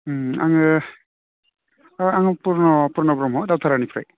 उम आङो हा आङो पुरन' पुरन' ब्रह्म दावथारानिफ्राय